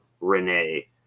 Renee